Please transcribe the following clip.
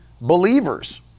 believers